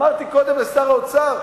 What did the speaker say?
אמרתי קודם לשר האוצר,